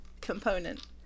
component